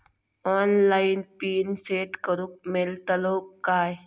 Online pin set करूक मेलतलो काय?